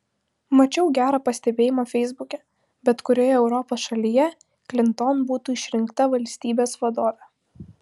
mačiau gerą pastebėjimą feisbuke bet kurioje europos šalyje klinton būtų išrinkta valstybės vadove